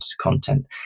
content